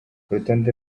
urutonde